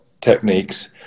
techniques